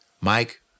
Mike